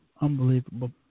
unbelievable